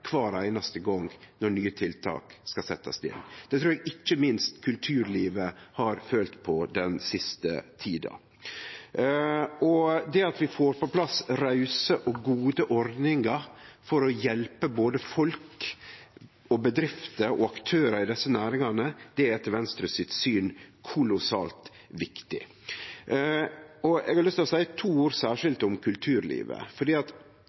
kvar einaste gong nye tiltak skal setjast inn. Det trur eg ikkje minst kulturlivet har følt på den siste tida. Det at vi får på plass rause og gode ordningar for å hjelpe både folk og bedrifter og aktørar i desse næringane, er etter Venstre sitt syn kolossalt viktig. Eg har lyst til å seie to ord særskilt om kulturlivet. Kulturlivet er eit ganske mangfaldig økosystem. Det er lett å tenkje at